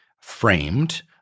framed